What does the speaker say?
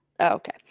Okay